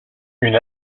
une